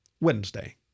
Wednesday